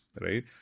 right